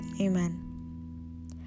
amen